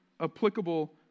Applicable